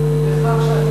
היד צריכה להיות